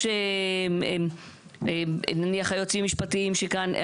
יש נניח יועצים משפטיים שכאן,